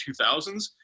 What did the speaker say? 2000s